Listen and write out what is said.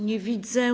Nie widzę.